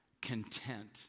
content